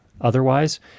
otherwise